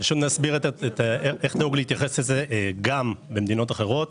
פשוט נסביר איך נהוג להתייחס לזה גם במדינות אחרות,